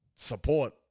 support